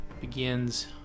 begins